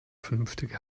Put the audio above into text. vernünftige